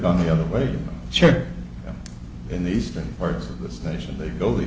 gone the other way chair in the eastern part of the station they go the